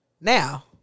Now